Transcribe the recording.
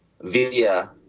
via